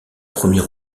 premier